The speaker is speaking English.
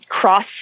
cross